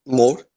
more